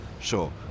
sure